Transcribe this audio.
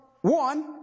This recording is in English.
one